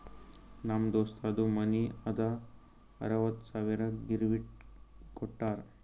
ನಮ್ ದೋಸ್ತದು ಮನಿ ಅದಾ ಅರವತ್ತ್ ಸಾವಿರಕ್ ಗಿರ್ವಿಗ್ ಕೋಟ್ಟಾರ್